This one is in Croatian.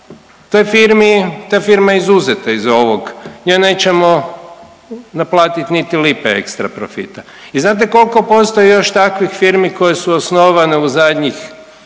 ulaganja. Ta firma je izuzeta iz ovog. Njoj nećemo naplatiti niti lipe ekstra profita. I znate koliko postoji još takvih firmi koje su osnovane u zadnjih